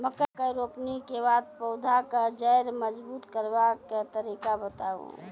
मकय रोपनी के बाद पौधाक जैर मजबूत करबा के तरीका बताऊ?